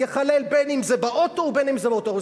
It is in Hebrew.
בין שזה באוטו ובין שזה באוטובוס.